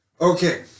Okay